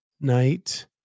night